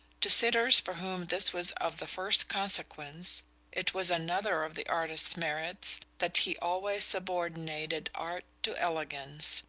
to sitters for whom this was of the first consequence it was another of the artist's merits that he always subordinated art to elegance,